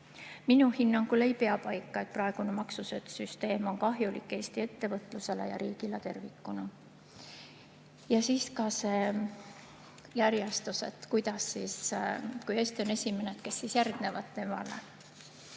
Minu hinnangul ei pea paika, et praegune maksusüsteem on kahjulik Eesti ettevõtlusele ja riigile tervikuna. Ja siin [slaidil] ka see järjestus, et kui Eesti on esimene, kes siis järgnevad temale.